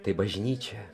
tai bažnyčia